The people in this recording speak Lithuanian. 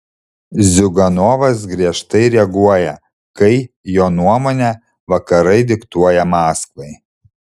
ziuganovas griežtai reaguoja kai jo nuomone vakarai diktuoja maskvai